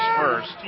first